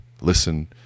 listen